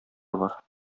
бар